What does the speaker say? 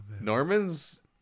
norman's